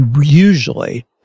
Usually